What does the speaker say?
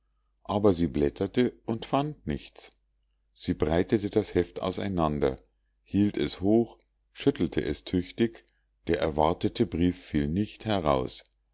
aber sie blätterte und fand nichts sie breitete das heft auseinander hielt es hoch schüttelte es tüchtig der erwartete brief fiel nicht heraus